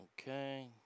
Okay